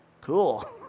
cool